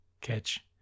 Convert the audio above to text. catch